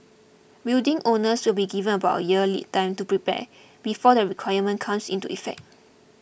building owners will be given about year's lead time to prepare before the requirement comes into effect